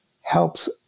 helps